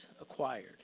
acquired